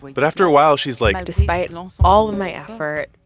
but after a while, she's like. despite and all so all of my effort.